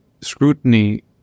scrutiny